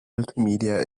multimedia